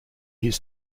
his